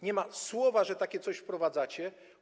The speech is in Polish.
Nie ma słowa, że takie coś wprowadzacie.